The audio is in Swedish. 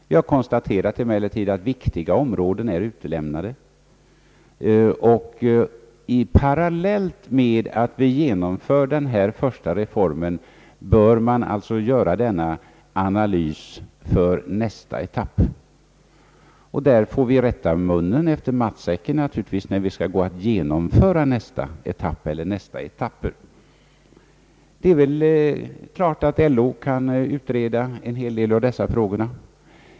Vi har emellertid konstaterat, att viktiga områden är utelämnade, och vi vill alltså göra en analys för nästa etapp parallellt med att vi genomför denna första reform. Naturligtvis får vi rätta munnen efter matsäcken när vi skall genomföra kommande etapper. Det är väl också klart att LO kan utreda en hel del av dessa frågor.